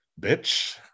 bitch